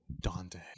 Dante